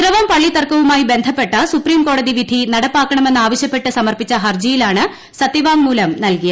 പിറവം പള്ളി തർക്കവുമായി ബന്ധപ്പെട്ട സുപ്രീംകോടതി വിധി നടപ്പാക്കണമെന്നാവശ്യപ്പെട്ട് സമർപ്പിച്ച ഹർജിയിലാണ് സത്യവാങ്മൂലം നൽകിയത്